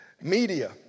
media